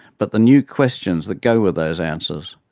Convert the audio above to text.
but the new questions that go with those answers.